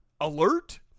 alert